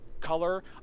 color